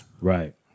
Right